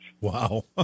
Wow